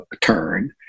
turn